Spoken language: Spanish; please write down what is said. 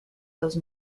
dos